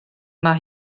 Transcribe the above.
mae